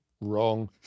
wrong